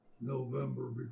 November